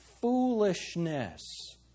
foolishness